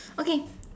okay